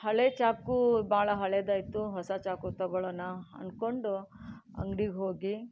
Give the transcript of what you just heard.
ಹಳೆಯ ಚಾಕು ಭಾಳ ಹಳೆಯದಾಯಿತು ಹೊಸ ಚಾಕು ತಗೋಳ್ಳೋಣ ಅನ್ಕೊಂಡು ಅಂಗಡಿಗೆ ಹೋಗಿ